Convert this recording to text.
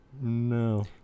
no